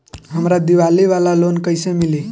हमरा दीवाली वाला लोन कईसे मिली?